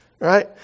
Right